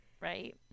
right